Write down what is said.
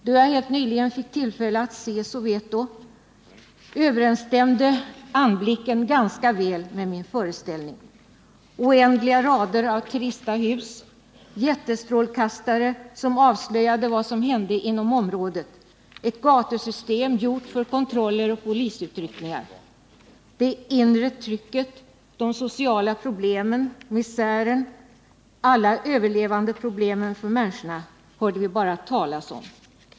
Då jag helt nyligen fick tillfälle att se Soweto överensstämde anblicken ganska väl med min föreställning: oändliga rader av trista hus, jättestrålkastare som avslöjade vad som hände inom området, ett gatusystem gjort för kontroller och polisutryckningar. Det inre trycket, de sociala problemen, misären, människornas alla överlevnadspro blem hörde vi bara talas om.